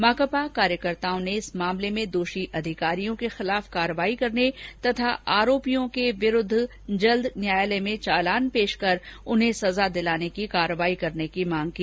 माकपा कार्यकर्ताओं ने इस मामले मे दोषी अधिकारियों के खिलाफ कार्रवाई करने तथा आरोपियों के खिलाफ जल्द न्यायालय में चालान पेश कर उन्हें सजा दिलाने की कार्रवाई करने की मांग की